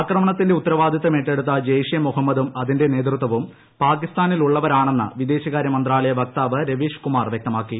ആക്രമണത്തിന്റെ ്ഉത്തരവാദിത്തം ഏറ്റെടുത്ത ജയ്ഷെ മുഹമ്മദും അതിന്റെ നേതൃത്വവും പാകിസ്ഥാനിലുള്ളവരാണെന്ന് വിദേശകാര്യ മന്ത്രാലയ വക്താവ് രവീഷ്കുമാർ വ്യക്തമാക്കി